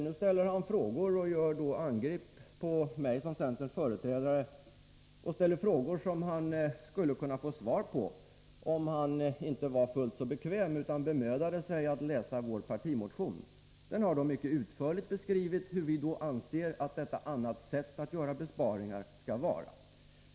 Nu går han till angrepp mot mig som centerns företrädare och ställer frågor som han skulle kunna få svar på, om han inte var fullt så bekväm, utan gjorde sig mödan att läsa vår partimotion. I partimotionen har vi mycket utförligt beskrivit hur vi anser att man på ett annat sätt kan göra besparingar.